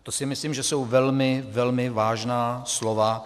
To si myslím, že jsou velmi, velmi vážná slova.